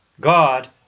God